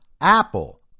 apple